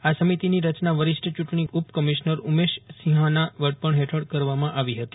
આ સમિતિની રચના વરિષ્ઠ ચૂંટજ્ઞી ઉપકમિશ્નર ઉમેશ સિંહાના વડપજ્ઞ હેઠળ કરવામાં આવી હતી